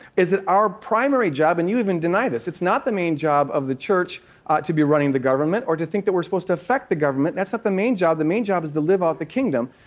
is it our primary job and you even deny this it's not the main job of the church ah to be running the government or to think that we're supposed to affect the government. that's not the main job. the main job is to live off the kingdom,